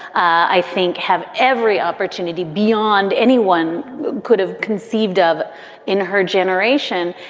i think, have every opportunity beyond anyone could have conceived of in her generation.